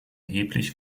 erheblich